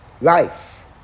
life